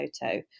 photo